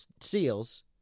SEALs